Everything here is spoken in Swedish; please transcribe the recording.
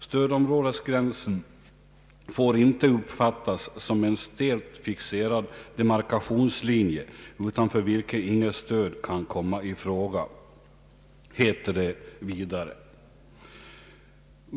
Stödområdesgränsen får inte uppfattas som en stelt fixerad demarkationslinje, utanför vilken inget stöd kan komma i fråga, heter det vidare.